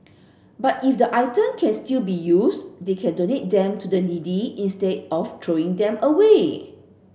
but if the item can still be used they can donate them to the needy instead of throwing them away